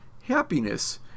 happiness